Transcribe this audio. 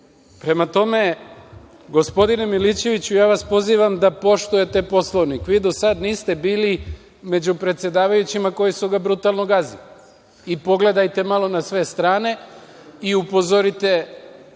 tome, gospodine Milićeviću, pozivam vas da poštujete Poslovnik. Vi do sada niste bili među predsedavajućima koji su ga brutalno gazili. Pogledajte malo na sve strane i upozorite,